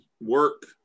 work